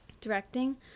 directing